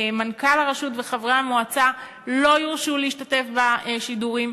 מנכ"ל הרשות וחברי המועצה לא יורשו להשתתף בשידורים,